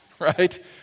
right